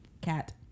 Cat